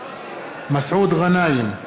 מסעוד גנאים,